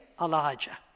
Elijah